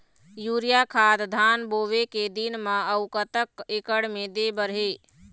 Urea खाद धान बोवे के दिन म अऊ कतक एकड़ मे दे बर हे?